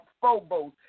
phobos